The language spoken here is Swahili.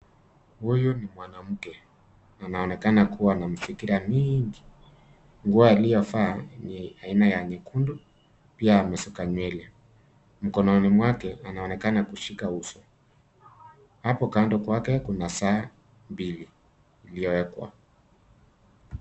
Huyu ni mwanamke anaonakena kuwa na mafikra mingi , nguo aliyovaa ni aina ya nyekundu akiwa amesuka nywele mkononi mwake anaonekana kushika uso , hapo kando kwake kuna saa mbili iliyoekwa.